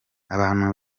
abantu